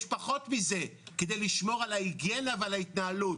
יש פחות מזה, כדי לשמור על ההיגיינה ועל ההתנהלות.